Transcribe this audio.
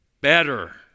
better